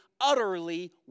utterly